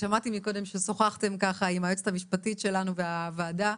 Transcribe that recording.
שמעתי קודם ששוחחתם ככה עם היועצת המשפטית שלנו והוועדה,